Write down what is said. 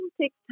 take